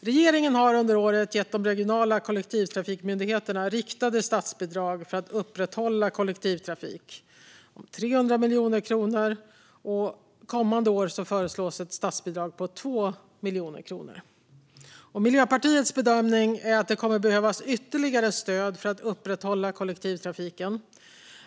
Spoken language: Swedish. Regeringen har under året gett de regionala kollektivtrafikmyndigheterna riktade statsbidrag om 3 miljarder kronor för att upprätthålla kollektivtrafiken. För det kommande året föreslås ett statsbidrag på 2 miljarder kronor. Miljöpartiets bedömning är att det kommer att behövas ytterligare stöd för att upprätthålla kollektivtrafiken.